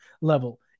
level